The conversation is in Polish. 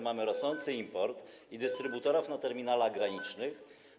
Mamy rosnący import i dystrybutorów na terminalach granicznych.